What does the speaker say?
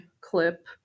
clip